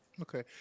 okay